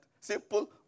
Simple